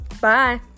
Bye